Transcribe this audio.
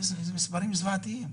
אלה מספרים זוועתיים.